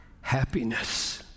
happiness